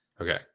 Okay